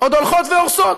עוד הולכות והורסות.